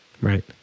right